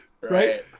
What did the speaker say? right